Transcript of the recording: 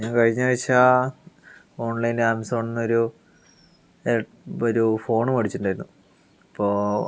ഞാൻ കഴിഞ്ഞ ആഴ്ച ഓൺലൈൻ ആമസോണിൽ നിന്നൊരു ഒരു ഫോൺ മേടിച്ചിട്ടുണ്ടായിരുന്നു അപ്പോൾ